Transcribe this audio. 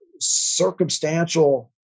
circumstantial